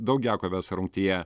daugiakovės rungtyje